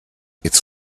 its